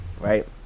right